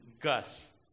Gus